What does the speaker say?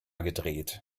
gedreht